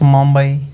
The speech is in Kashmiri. ممبٮٔے